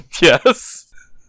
Yes